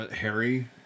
Harry